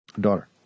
Daughter